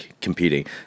competing